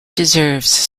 deserves